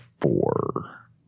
four